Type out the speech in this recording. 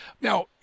Now –